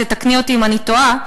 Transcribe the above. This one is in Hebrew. תקני אותי אם אני טועה,